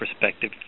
perspective